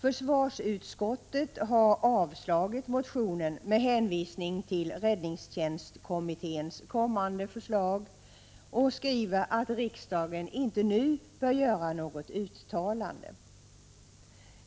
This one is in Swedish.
Försvarsutskottet har avstyrkt motionen med hänvisning till räddningstjänstkommitténs kommande förslag och skriver att riksdagen inte nu bör göra något uttalande.